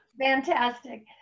Fantastic